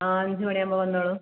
ആ അഞ്ച് മണി ആവുമ്പോൾ വന്നോളൂ